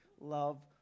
love